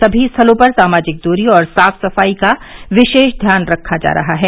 सभी स्थलों पर सामाजिक दूरी और साफ सफाई का विशेष ध्यान रखा जा रहा है